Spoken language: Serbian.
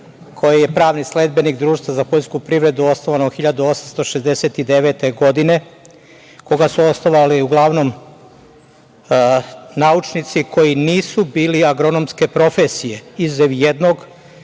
koji je pravni sledbenik Društva za poljsku privredu osnovanog 1869. godine, koga su uglavnom osnovali naučnici koji nisu bili agronomske profesije, izuzev jednog